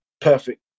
Perfect